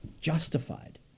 justified